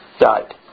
died